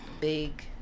big